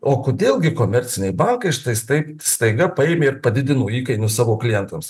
o kodėl gi komerciniai bankai štais taip staiga paėmė ir padidino įkainius savo klientams